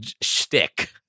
shtick